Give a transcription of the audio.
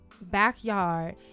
backyard